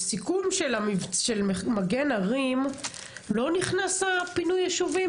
בסיכום של מגן הרים לא נכנס הפינוי ישובים?